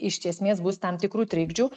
iš esmės bus tam tikrų trikdžių